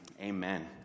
Amen